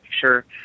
sure